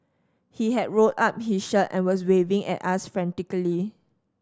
he had rolled up his shirt and was waving at us frantically